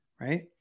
right